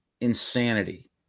insanity